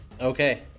Okay